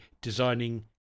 designing